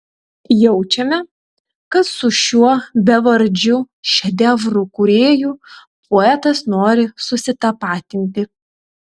jaučiame kad su šiuo bevardžiu šedevrų kūrėju poetas nori susitapatinti